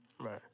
Right